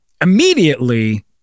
immediately